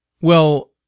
Well